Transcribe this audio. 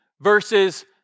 versus